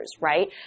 right